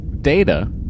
Data